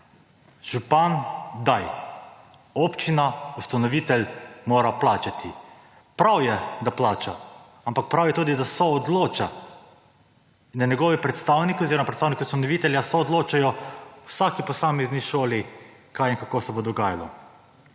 župan daj. občina, ustanovitelj mora plačati. Prav je, da plača, ampak prav je tudi, da soodloča, na njegove predstavnice oziroma predstavnike, ustanovitelja soodločajo v vsaki posamezni šoli kaj in kako se bo dogajalo.